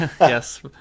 Yes